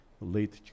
late